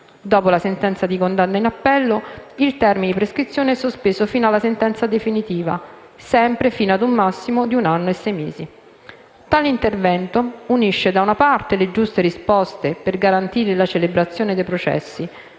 dopo la sentenza di condanna in appello, il termine di prescrizione è sospeso fino alla sentenza definitiva, sempre fino ad un massimo di un anno e sei mesi. Tale intervento unisce, da una parte, le giuste risposte per garantire la celebrazione dei processi,